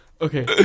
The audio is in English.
Okay